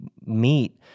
meet